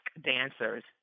dancers